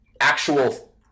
actual